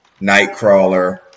Nightcrawler